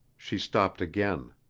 she stopped again